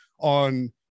on